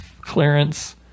clearance